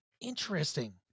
Interesting